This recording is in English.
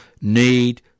need